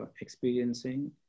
experiencing